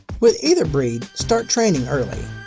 with either breed, start training early.